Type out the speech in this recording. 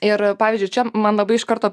ir pavyzdžiui čia man labai iš karto